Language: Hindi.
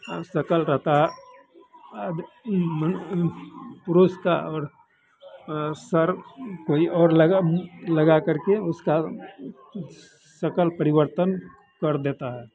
अब शक्ल का अब ई मनुष्य पुरुष का और सर कोई और लगा लगा करके उसका शक्ल परिवर्तन कर देता है